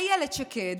אילת שקד